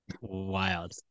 wild